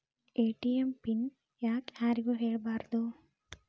ATM PIN ಯಾಕ್ ಯಾರಿಗೂ ಹೇಳಬಾರದು?